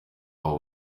abo